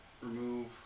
remove